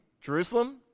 Jerusalem